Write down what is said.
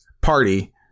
party